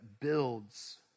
builds